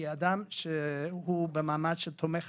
כי אדם שהוא במעמד של תומך